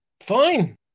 fine